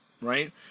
Right